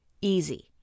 easy